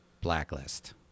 blacklist